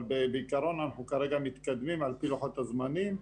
בעיקרון אנחנו כרגע מתקדמים לפי לוחות הזמנים.